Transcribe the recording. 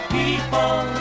people